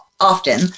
often